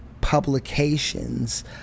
publications